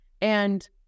And-